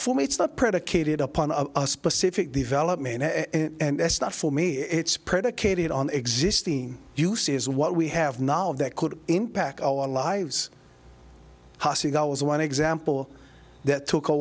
for me it's not predicated upon a specific development and that's not for me it's predicated on the existing you see is what we have knowledge that could impact our lives as one example that took a